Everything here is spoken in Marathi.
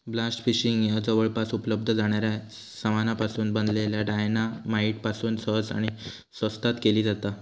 ब्लास्ट फिशिंग ह्या जवळपास उपलब्ध जाणाऱ्या सामानापासून बनलल्या डायना माईट पासून सहज आणि स्वस्तात केली जाता